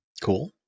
cool